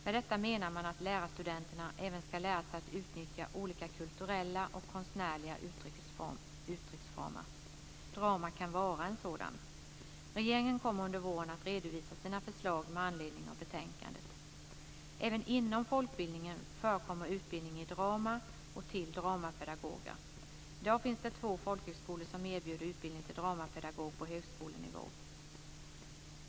Med detta menar man att lärarstudenterna även ska lära sig att utnyttja olika kulturella och konstnärliga uttrycksformer. Drama kan vara en sådan. Regeringen kommer under våren att redovisa sina förslag med anledning av betänkandet. Även inom folkbildningen förekommer utbildning i drama och till dramapedagoger. I dag finns det två folkhögskolor som erbjuder utbildning till dramapedagog på högskolenivå.